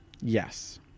Yes